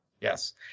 yes